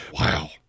Wow